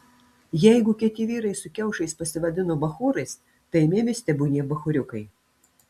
jeigu kieti vyrai su kiaušais pasivadino bachūrais tai mėmės tebūnie bachūriukai